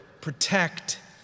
protect